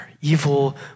evil